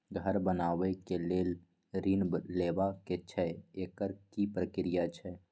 घर बनबै के लेल ऋण लेबा के छै एकर की प्रक्रिया छै?